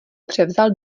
převzal